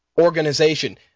organization